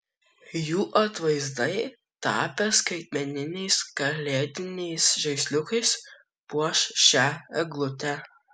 jų atvaizdai tapę skaitmeniniais kalėdiniais žaisliukais puoš šią eglutę